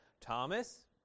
Thomas